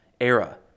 era